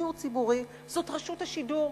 ושידור ציבורי בישראל זאת רשות השידור.